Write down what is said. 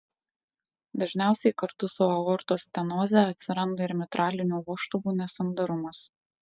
dažniausiai kartu su aortos stenoze atsiranda ir mitralinių vožtuvų nesandarumas